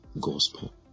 gospel